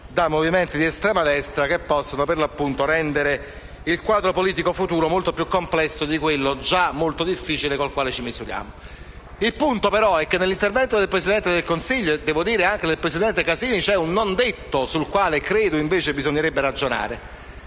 da movimenti di estrema destra che potrebbero rendere il quadro politico futuro molto più complesso di quello già molto difficile con il quale ci misuriamo oggi. Il punto, però, è che nell'intervento del Presidente del Consiglio - e devo dire anche in quello del presidente Casini - c'è un non detto sul quale credo bisognerebbe ragionare